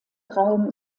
raum